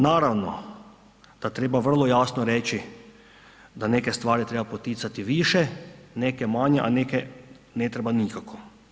Naravno da treba vrlo jasno reći da neke stvari treba poticati više, neke manje, a neke ne treba nikako.